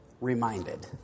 reminded